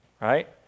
right